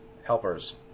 helpers